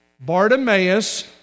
Bartimaeus